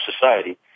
society